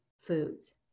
foods